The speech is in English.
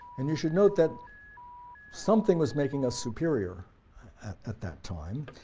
and you should note that something was making us superior at that time,